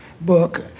book